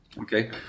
Okay